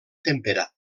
temperat